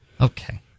okay